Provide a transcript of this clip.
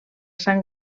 sang